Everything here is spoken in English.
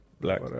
Black